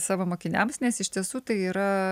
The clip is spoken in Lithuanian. savo mokiniams nes iš tiesų tai yra